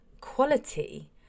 quality